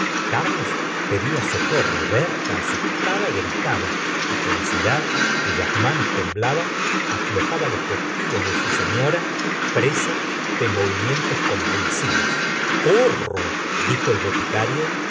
carlos ped a socorro berta asustada gritaba y felicidad cuyas manos temblaban aflojaba los vestidos de su señ ora presa de movimientos convulsivos corro dijo el boticario